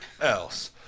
Else